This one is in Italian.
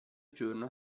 giorno